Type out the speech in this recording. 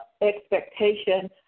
expectation